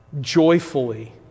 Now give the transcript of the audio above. joyfully